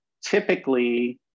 typically